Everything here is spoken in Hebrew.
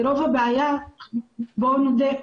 כי רוב הבעיה, בואו נודה,